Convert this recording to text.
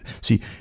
see